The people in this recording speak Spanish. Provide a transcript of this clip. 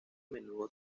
menudo